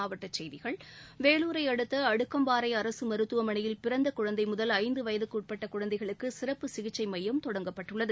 மாவட்ட செய்திகள் வேலூரை அடுத்த அடுக்கம்பாறை அரசு மருத்துவமனையில ்பிறந்த குழந்தை முதல் ஐந்து வயதுக்கு உட்பட்ட குழந்தைகளுக்கு சிறப்பு சிகிச்சை மையம் தொடங்கப்பட்டுள்ளது